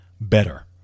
better